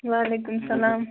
وعلیکُم سلام